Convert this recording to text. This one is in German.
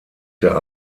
der